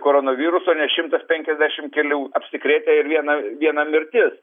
koronaviruso nes šimtas penkiasdešimt kelių apsikrėtė ir viena viena mirtis